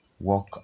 work